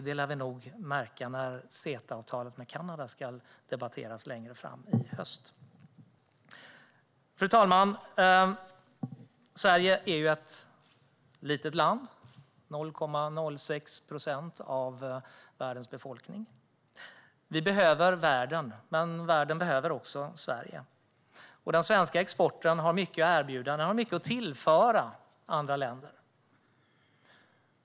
Det lär vi nog märka när CETA-avtalet med Kanada ska debatteras längre fram i höst. Fru ålderspresident! Sverige är ett litet land med 0,06 procent av världens befolkning. Vi behöver världen, men världen behöver också Sverige. Den svenska exporten har mycket att erbjuda. Den har mycket att tillföra andra länder.